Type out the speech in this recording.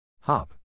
Hop